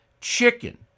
chicken